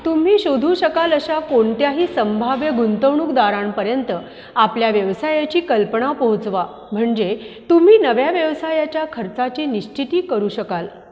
तुम्ही शोधू शकाल अशा कोणत्याही संभाव्य गुंतवणूकदारांपर्यंत आपल्या व्यवसायाची कल्पना पोहोचवा म्हणजे तुम्ही नव्या व्यवसायाच्या खर्चाची निश्चिती करू शकाल